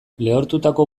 lehortutako